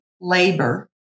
labor